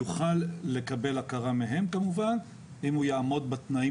יוכל לקבל הכרה מהם אם הוא יעמוד בתנאים